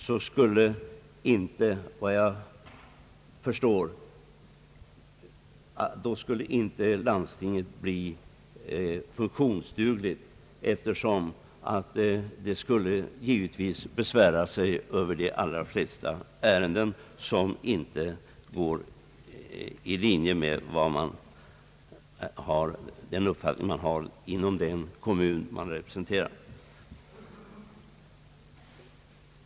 Om detta förslag genomföres, skulle, vad jag förstår, landstinget inte bli funktionsdugligt, eftersom det givetvis skulle anföras besvär över de flesta beslut som inte går i linje med den uppfattning som man har inom den kommun vederbörande representerar.